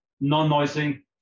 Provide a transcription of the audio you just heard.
non-noising